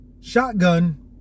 shotgun